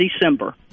December